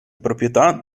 proprietà